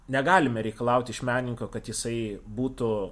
negalime reikalauti iš menininko kad jisai būtų